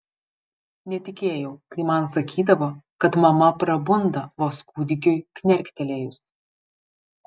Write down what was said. netikėjau kai man sakydavo kad mama prabunda vos kūdikiui knerktelėjus